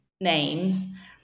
names